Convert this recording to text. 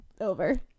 Over